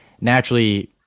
naturally